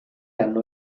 hanno